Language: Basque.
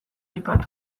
aipatu